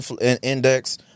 index